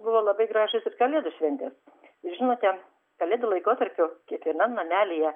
buvo labai gražios ir kalėdų šventės žinote kalėdų laikotarpiu kiekvienam namelyje